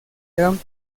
gran